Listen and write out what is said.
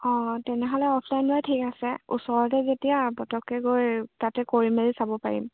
অঁ তেনেহ'লে অফলাইনৰে ঠিক আছে ওচৰতে যেতিয়া পতককৈ গৈ তাতে কৰি মেলি চাব পাৰিম